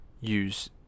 use